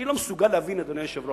אני לא מסוגל להבין, אדוני היושב-ראש,